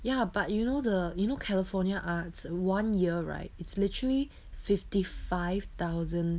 ya but you know the you know california arts one year right it's literally fifty five thousand